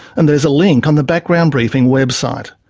and there's a link on the background briefing website.